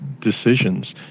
decisions